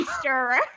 stirrer